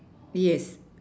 yes